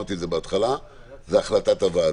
ואמרתי את זה בהתחלה, זה החלטת הוועדה.